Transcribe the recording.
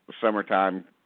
summertime